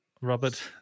Robert